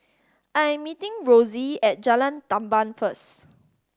I'm meeting Rossie at Jalan Tamban first